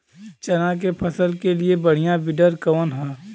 चना के फसल के लिए बढ़ियां विडर कवन ह?